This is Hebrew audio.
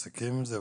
שמפסיקים עם זה,